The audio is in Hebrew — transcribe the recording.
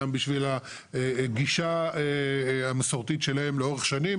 גם בשביל הגישה המסורתית שלהם לאורך שנים.